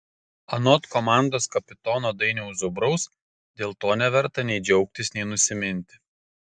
anot komandos kapitono dainiaus zubraus dėl to neverta nei džiaugtis nei nusiminti